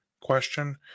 question